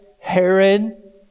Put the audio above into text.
Herod